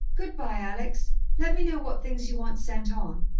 good-bye, alex. let me know what things you want sent on.